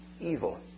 evil